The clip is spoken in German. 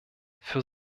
für